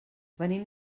venim